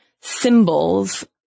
symbols